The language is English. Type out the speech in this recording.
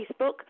Facebook